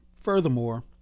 Furthermore